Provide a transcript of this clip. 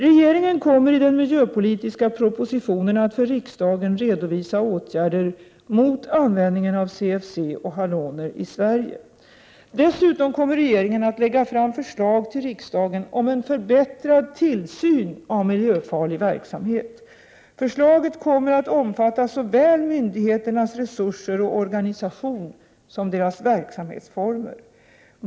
Regeringen kommer i den miljöpolitiska propositionen att för riksdagen redovisa åtgärder mot användningen av CFC och haloner i Sverige. Dessutom kommer regeringen att lägga fram förslag till riksdagen om en förbättrad tillsyn av miljöfarlig verksamhet. Förslaget kommer att omfatta såväl myndigheternas resurser och organisation som deras verksamhetsformer.